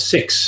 Six